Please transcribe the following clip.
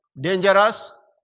dangerous